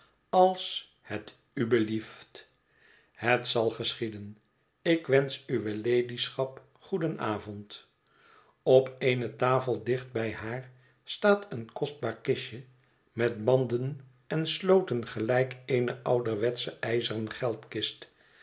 als het u belieft het zal geschieden ik wensch uwe ladyschap goedenavond op eene tafel dicht bij haar staat een kostbaar kistje met banden en sloten gelijk eene ouderwetsche ijzeren